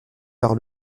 par